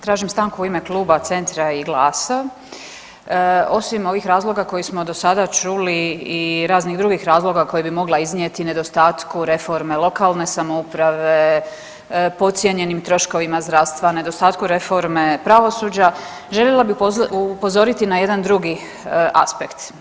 Tražim stanku u ime kluba Centra i GLAS-a osim ovih razloga koje smo do sada čuli i raznih drugih razloga koje bi mogla iznijeti nedostatku reforme lokalne samouprave, podcijenjenim troškovima zdravstva, nedostatku reforme pravosuđe želila bih upozoriti na jedan drugi aspekt.